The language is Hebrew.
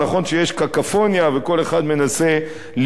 כשיש קקופוניה וכל אחד מנסה לבלוט